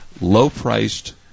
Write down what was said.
low-priced